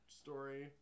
story